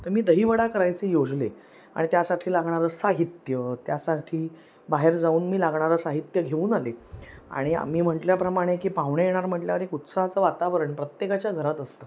तर मी दहीवडा करायचे योजले आणि त्यासाठी लागणारं साहित्य त्यासाठी बाहेर जाऊन मी लागणारं साहित्य घेऊन आले आणि आम्ही म्हटल्याप्रमाणे की पाहुणे येणार म्हटल्यावर एक उत्साहाचं वातावरण प्रत्येकाच्या घरात असतं